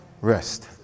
rest